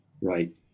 right